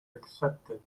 accepted